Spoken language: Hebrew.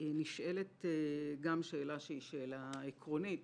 נשאלת גם שאלה שהיא שאלה עקרונית,